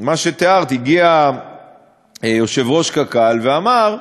מה שתיארת: הגיע יושב-ראש קק"ל ואמר: